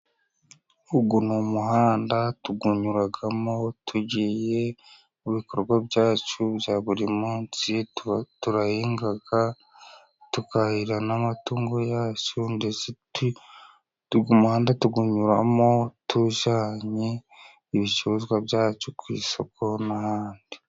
Uyu ni umuhanda, tuwunyuramo tugiye mu bikorwa byacu bya buri munsi, turahinga, tukahirira n'amatungo yacu, ndetse umuhanda tuwunyuramo tujyanye ibicuruzwa byacu ku isoko n'ahandi.